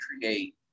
create